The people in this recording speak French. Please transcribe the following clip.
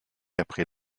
après